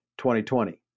2020